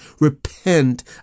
repent